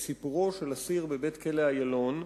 דוגמה אחת היא סיפורו של אסיר בכלא "איילון"